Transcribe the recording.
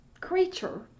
creature